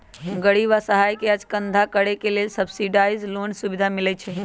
गरीब असहाय के काज धन्धा करेके लेल सब्सिडाइज लोन के सुभिधा मिलइ छइ